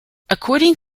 according